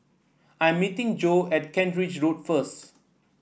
I'm meeting Jo at Kent Ridge Road first